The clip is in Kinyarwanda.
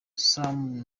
sam